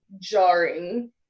jarring